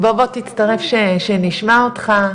בוא תצטרף שנשמע אותך,